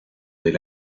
del